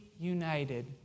united